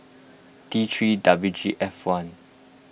T three W G F one